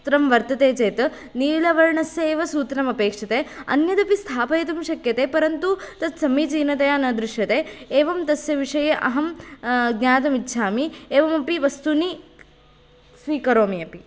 वस्त्रम् वर्तते चेत् नीलवर्णस्य एव सूत्रं अपेक्षते अन्यदपि स्थापयितुं शक्यते परन्तु तत् समीचीनतया न दृष्यते एवं तस्य विषये अहं ज्ञातुम् इच्छामि एवमपि वस्तूनि स्वीकरोमि अपि